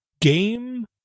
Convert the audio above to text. game